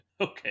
Okay